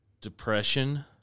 depression